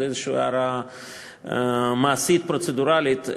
זו הערה מעשית פרוצדורלית,